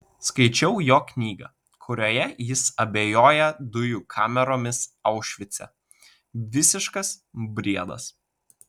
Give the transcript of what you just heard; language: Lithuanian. skaičiau jo knygą kurioje jis abejoja dujų kameromis aušvice visiškas briedas